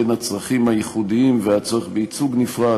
לעשות דברים ולהשאיר את העתיד לוט בערפל.